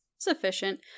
sufficient